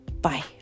Bye